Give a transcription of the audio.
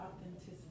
authenticity